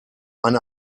eine